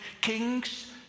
kings